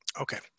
Okay